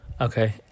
okay